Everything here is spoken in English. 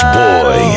boy